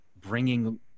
bringing